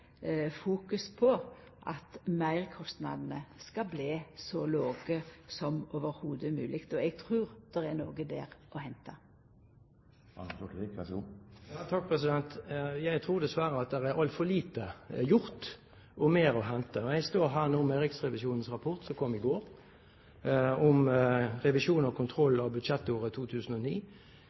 fokus på at meirkostnadene skal bli så låge som mogleg. Eg trur at det er noko å henta der. Jeg tror dessverre at det er altfor lite gjort og mer å hente. Jeg står her nå med Riksrevisjonens rapport, som kom i går, om revisjon og kontroll av budsjettåret 2009.